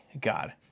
God